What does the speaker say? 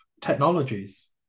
technologies